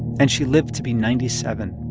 and she lived to be ninety seven.